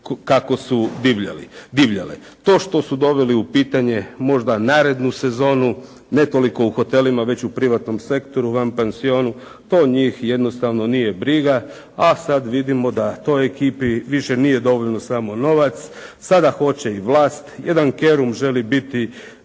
kako su divljale. To što su dovele u pitanje možda narednu sezonu, ne toliko u hotelima već u privatnom sektoru u van pansionu, to njih jednostavno nije briga, a sada vidimo da toj ekipi više nije dovoljno samo novac. Sada hoće i vlast. Jedan Kerum želi biti